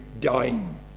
Dying